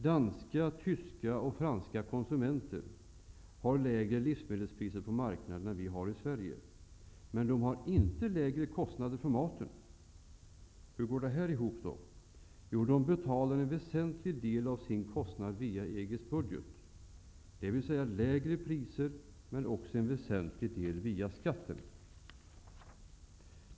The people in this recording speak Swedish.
Danska, tyska och franska livsmedelspriser är lägre än livsmedelspriser i Sverige, men matkostnaderna är inte lägre än i Sverige. Hur går då detta ihop? Jo, konsumenten betalar en väsentlig del av sin kostnad via EG:s budget, dvs. lägre priser men också en väsentlig del via skatten.